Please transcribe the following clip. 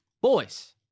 Boys